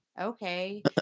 Okay